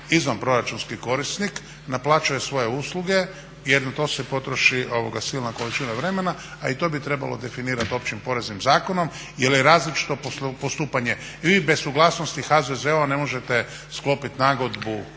izvanproračunski korisnik, naplaćuje svoje usluge jer na to se potroši silna količina vremena, a i to bi trebalo definirati Općim poreznim zakonom jer je različito postupanje i vi bez suglasnosti HZZO-a ne možete sklopiti nagodbu